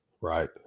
right